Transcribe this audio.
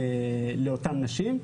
לאותן נשים.